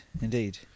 indeed